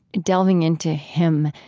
delving into him,